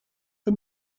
een